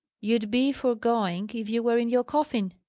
you'd be for going, if you were in your coffin!